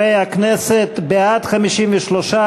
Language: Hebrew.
חברי הכנסת, בעד, 53,